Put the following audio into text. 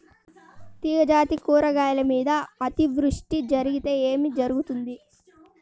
తీగజాతి కూరగాయల మీద అతివృష్టి జరిగితే ఏమి జరుగుతుంది?